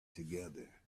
together